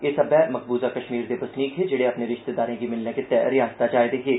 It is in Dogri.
एह सबै मकबूजा कष्मीर दे बसनीक हे जेहड़े अपने रिष्तेदारें गी मिलने गितै रिआसता च आए दे हे